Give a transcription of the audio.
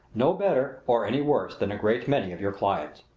no better or any worse than a great many of your clients.